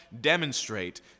demonstrate